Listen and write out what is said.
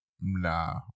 nah